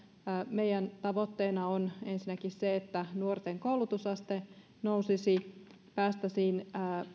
meidän tavoitteenamme on ensinnäkin se että nuorten koulutusaste nousisi päästäisiin